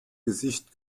gesicht